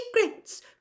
secrets